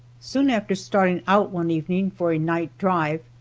soon after starting out one evening for a night drive,